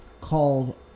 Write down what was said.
called